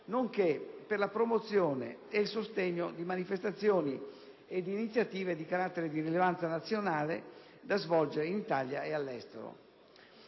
nonché per la promozione e il sostegno di manifestazioni ed iniziative di rilevanza nazionale da svolgere in Italia e all'estero.